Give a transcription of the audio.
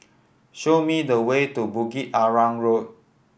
show me the way to Bukit Arang Road